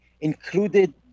included